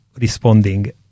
responding